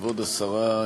כבוד השרה,